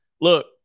Look